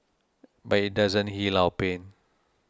but it doesn't heal our pain